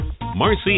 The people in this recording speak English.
Marcy